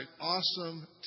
awesome